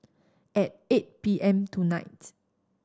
at eight P M tonight